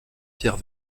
pierre